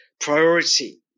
priority